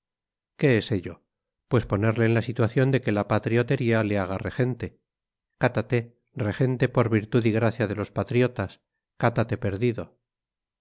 es ello pues ponerle en la situación de que la patriotería le haga regente cátate regente por virtud y gracia de los patriotas cátate perdido